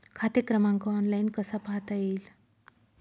खाते क्रमांक ऑनलाइन कसा पाहता येईल?